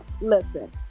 listen